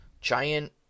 giant